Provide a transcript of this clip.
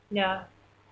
ya